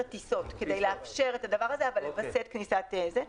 טיסות כדי לאפשר את הדבר הזה אבל לווסת כניסת טיסות.